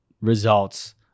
results